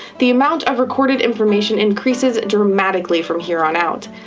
the amount of recorded information increases dramatically from here on out.